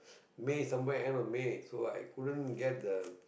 may somewhere end of May so I couldn't get the